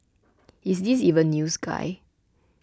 is this even news guy